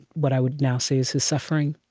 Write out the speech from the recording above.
what i would now say is his suffering,